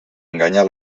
enganyar